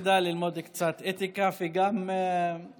כדאי ללמוד קצת אתיקה וגם לוגיקה.